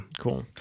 Cool